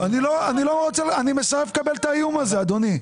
אני מסרב לקבל את האיום הזה, אדוני.